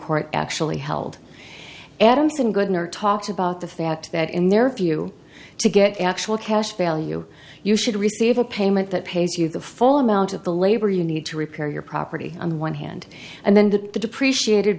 court actually held adamson good nor talked about the fact that in their view to get actual cash value you should receive a payment that pays you the full amount of the labor you need to repair your property on one hand and then the depreciated